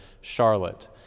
Charlotte